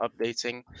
updating